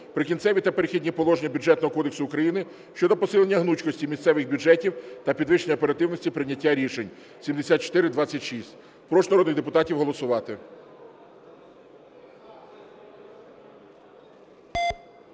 "Прикінцеві та перехідні положення" Бюджетного кодексу України щодо посилення гнучкості місцевих бюджетів та підвищення оперативності прийняття рішень (7426). Прошу народних депутатів голосувати.